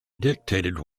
dictated